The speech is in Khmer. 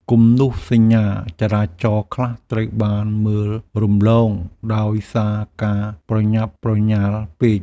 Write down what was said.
គំនូសសញ្ញាចរាចរណ៍ខ្លះត្រូវបានមើលរំលងដោយសារការប្រញាប់ប្រញាល់ពេក។